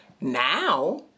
now